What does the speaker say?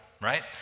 right